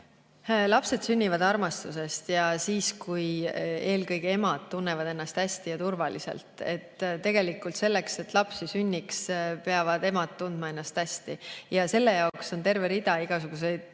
Lapsed sünnivad armastusest ja siis, kui eelkõige emad tunnevad ennast hästi ja turvaliselt. Tegelikult selleks, et lapsi sünniks, peavad emad tundma ennast hästi. Selle jaoks on terve rida igasuguseid